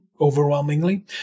overwhelmingly